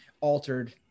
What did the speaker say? altered